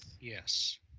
Yes